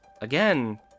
again